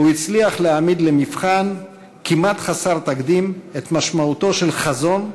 הוא הצליח להעמיד למבחן כמעט חסר תקדים את משמעותו של חזון,